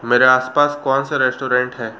मेरे आस पास कौन से रेस्टोरेंट हैं